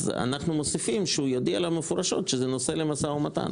אז אנחנו מוסיפים שהוא יודיע לו מפורשות שזה נושא למשא ומתן,